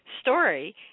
story